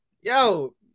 Yo